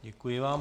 Děkuji vám.